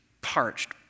parched